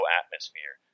atmosphere